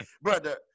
brother